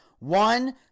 One